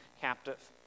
captive